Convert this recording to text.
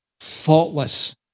faultless